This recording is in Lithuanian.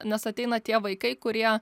nes ateina tie vaikai kurie